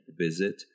visit